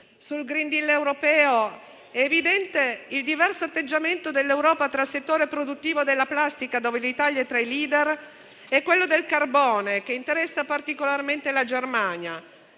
Sul *green deal* europeo è evidente il diverso atteggiamento dell'Europa tra il settore produttivo della plastica, dove l'Italia è tra i *leader*, e quello del carbone che interessa particolarmente la Germania.